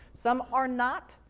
some are not.